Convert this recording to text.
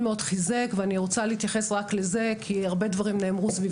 ואני רוצה להתייחס רק לזה כי הרבה דברים נאמרו סביב